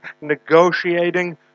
negotiating